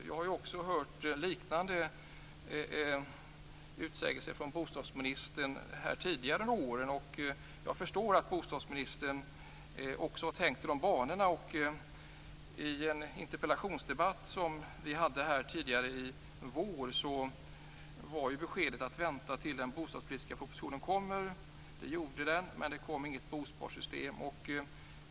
Jag har också hört liknande utsägelser från bostadsministern under tidigare år. Jag förstår att bostadsministern också har tänkt i de banorna. I en interpellationsdebatt som vi hade tidigare i vår var beskedet att vänta tills den bostadspolitiska propositionen kom. Det gjorde den, men det kom inget bosparsystem.